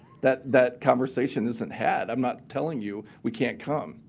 that that conversation isn't had. i'm not telling you we can't come.